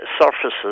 surfaces